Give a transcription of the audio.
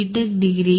BTech degree B